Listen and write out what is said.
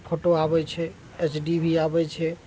photo आबय छै H D भी आबय छै